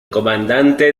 comandante